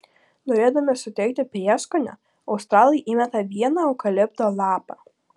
norėdami suteikti prieskonio australai įmeta vieną eukalipto lapą